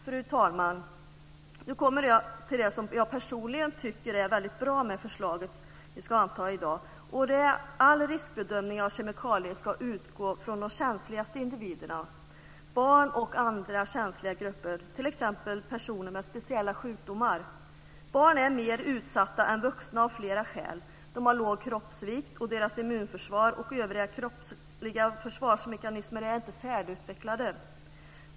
Fru talman! Nu kommer jag till det som jag personligen tycker är väldigt bra med det förslag som vi i dag ska anta, och det är att man vid all riskbedömning av kemikalier ska utgå från de känsligaste individerna - barn och andra känsliga grupper, t.ex. personer med speciella sjukdomar. Barn är av flera skäl mer utsatta än vuxna. De har låg kroppsvikt, och deras immunförsvar och övriga kroppsliga försvarsmekanismer är inte färdigutvecklade.